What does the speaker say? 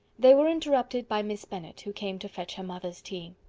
they were interrupted by miss bennet, who came to fetch her mother's tea.